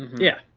yeah.